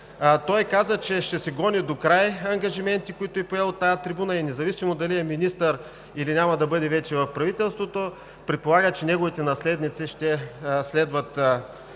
Той каза, че ще си гони докрай ангажиментите, които е поел от тази трибуна, и независимо дали е министър, или няма да бъде вече в правителството, предполага, че неговите наследници ще следват